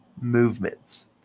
movements